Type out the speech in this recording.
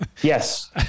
Yes